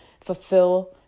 fulfill